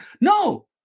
No